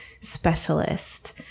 specialist